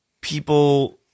people